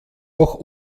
auch